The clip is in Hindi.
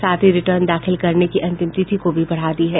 साथ ही रिटर्न दाखिल करने की अंतिम तिथि को भी बढ़ा दिया गया है